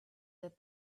that